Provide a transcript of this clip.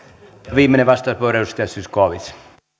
viimeinen vastauspuheenvuoro edustaja zyskowicz